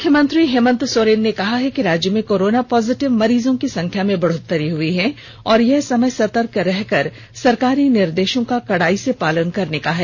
मुख्यमंत्री हेमन्त सोरेन ने कहा है कि राज्य में कोरोना पॉजिटिव मरीजों की संख्या में बढोत्तरी हुई है और यह समय सतर्क रहकर सरकारी निर्देशों का कड़ाई से पालन करने का है